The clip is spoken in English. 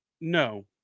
no